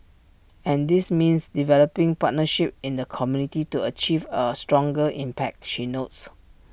and this means developing partnerships in the community to achieve A stronger impact she notes